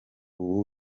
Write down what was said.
ubu